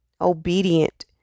obedient